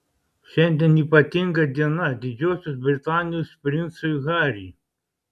šiandien ypatinga diena didžiosios britanijos princui harry